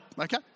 okay